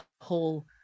whole